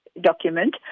document